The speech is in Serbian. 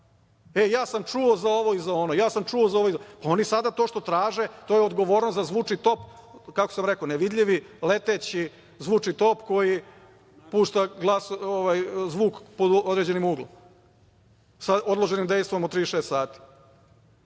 priča rekla-kazala. E, ja sam čuo za ovo ili ono, pa, oni sada to što traže, to je odgovornost za zvučni top, kako sam rekao, nevidljivi, leteći zvučni top koji pušta zvuk pod određenim uglom sa odloženim dejstvom od 36